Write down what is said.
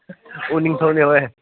ꯎꯅꯤꯡꯊꯧꯅꯦ ꯍꯣꯏ